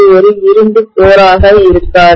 இது ஒரு இரும்பு கோராக இருக்காது